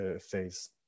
phase